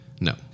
No